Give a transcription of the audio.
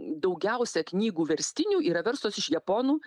daugiausia knygų verstinių yra verstos iš japonų